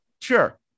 sure